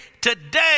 today